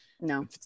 No